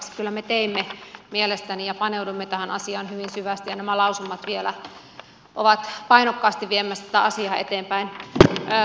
kyllä me teimme mielestäni ja paneuduimme tähän asiaan hyvin syvästi ja nämä lausumat vielä ovat painokkaasti viemässä tätä asiaa eteenpäin